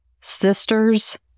sisters